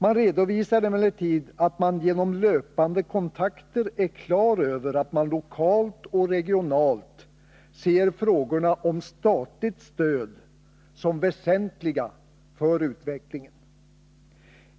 Det redovisas emellertid att löpande kontakter visat att man lokalt och regionalt ser frågorna om statligt stöd som väsentliga för utvecklingen.